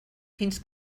fins